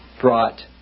brought